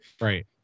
right